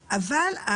אבל,